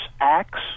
acts